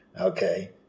okay